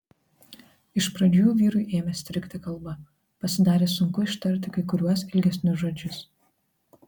iš pradžių vyrui ėmė strigti kalba pasidarė sunku ištarti kai kuriuos ilgesnius žodžius